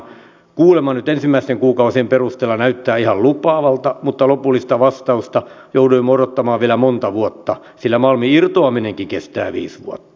kuulemma nyt ensimmäisten kuukausien perusteella näyttää ihan lupaavalta mutta lopullista vastausta joudumme odottamaan vielä monta vuotta sillä malmin irtoaminenkin kestää viisi vuotta